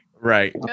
Right